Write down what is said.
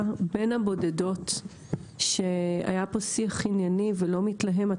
בין הבודדות שהיה פה שיח ענייני ולא מתלהם.